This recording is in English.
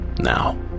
now